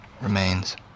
remains